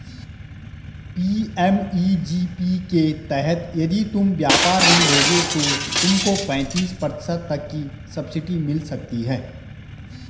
PMEGP के तहत यदि तुम व्यापार ऋण लोगे तो तुमको पैंतीस प्रतिशत तक की सब्सिडी मिल सकती है